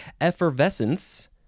Effervescence